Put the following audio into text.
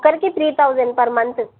ఒక్కరికి three thousand per month